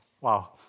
wow